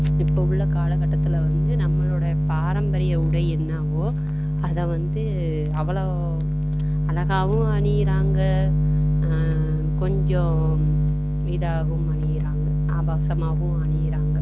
இப்போ உள்ள காலகட்டத்தில் வந்து நம்மளோடய பாரம்பரிய உடை என்னவோ அதை வந்து அவ்வளோ அழகாகவும் அணிகிறாங்க கொஞ்சம் இதாகவும் அணிகிறாங்க ஆபாசமாகவும் அணிகிறாங்க